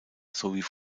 sowie